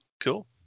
cool